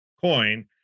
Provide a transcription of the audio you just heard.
coin